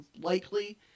likely